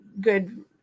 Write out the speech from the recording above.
good